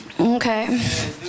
Okay